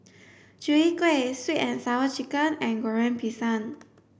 Chwee Kueh sweet and sour chicken and Goreng Pisang